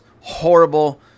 horrible